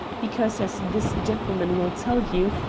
because, as this gentleman will tell you,